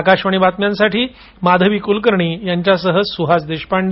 आकाशवाणी बातम्यांसाठी माधवी कुलकर्णी यांच्यासह सुहास देशपांडे